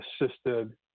assisted